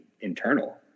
internal